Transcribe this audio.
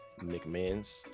McMahons